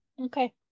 Okay